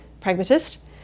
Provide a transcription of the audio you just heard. pragmatist